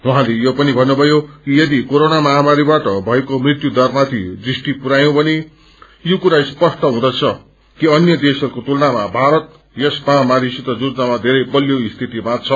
उहाँले यो पनि भन्नुभयो कि यदि कोरोना महामारीबाट भएको मृत्यु दरमाथि दृष्टि पुरवायी भने यो कुरा स्पष्ट हुँदछ कि अन्य देशहरूको तुलनामा भारत यस महामारीसित जुझ्नमा धेरै बलियो स्थितिमा छ